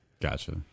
Gotcha